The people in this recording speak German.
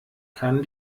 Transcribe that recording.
kann